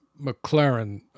McLaren